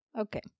Okay